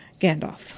Gandalf